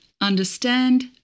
Understand